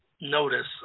notice